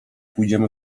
pójdziemy